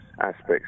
aspects